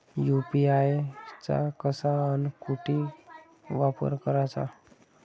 UPI चा कसा अन कुटी वापर कराचा?